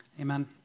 Amen